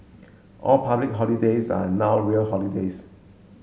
all public holidays are now real holidays